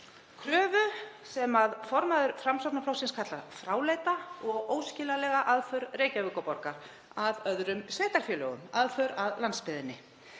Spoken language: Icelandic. kröfu sem formaður Framsóknarflokksins kallaði fráleita og óskiljanlega aðför Reykjavíkurborgar að öðrum sveitarfélögum, aðför að landsbyggðinni.